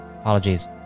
Apologies